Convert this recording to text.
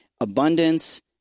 abundance